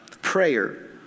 Prayer